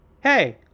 Hey